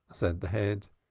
said the head.